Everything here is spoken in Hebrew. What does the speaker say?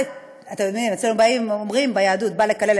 אצלנו אומרים ביהדות: בא לקלל,